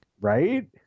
Right